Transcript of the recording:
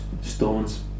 Stones